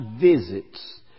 visits